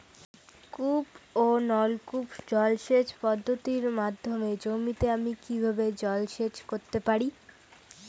কূপ ও নলকূপ জলসেচ পদ্ধতির মাধ্যমে জমিতে আমি কীভাবে জলসেচ করতে পারি?